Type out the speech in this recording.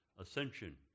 ascension